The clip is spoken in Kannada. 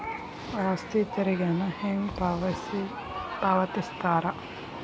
ಆಸ್ತಿ ತೆರಿಗೆನ ಹೆಂಗ ಪಾವತಿಸ್ತಾರಾ